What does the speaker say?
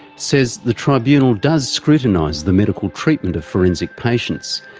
says the tribunal does scrutinise the medical treatment of forensic patients,